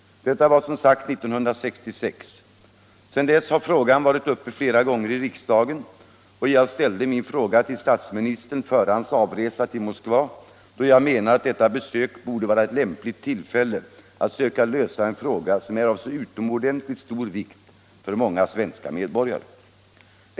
Detta var som sagt år 1966. Sedan dess har frågan varit uppe flera gånger i riksdagen, och jag ställde min fråga till statsministern före hans avresa till Moskva, då jag menade att detta besök borde vara ett lämpligt tillfälle att söka lösa en fråga som är av så utomordentligt stor vikt för många svenska medborgare.